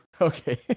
Okay